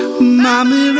Mommy